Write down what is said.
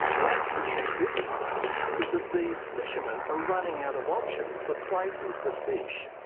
what's different this time is that these fishermen are running out of options for places to fish.